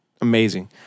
amazing